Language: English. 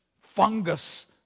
fungus